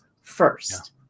first